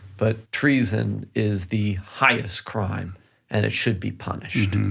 but treason is the highest crime and it should be punished,